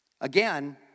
Again